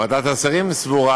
ועדת השרים סבורה